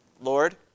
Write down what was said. Lord